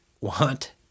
want